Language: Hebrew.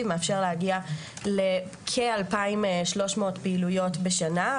מאפשר להגיע לכ-2,300 פעילויות בשנה.